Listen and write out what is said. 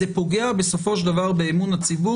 זה פוגע בסופו של דבר באמון הציבור